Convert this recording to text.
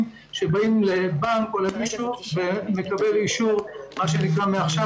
שבאים לבנק ומקבלים אישור מעכשיו לעכשיו.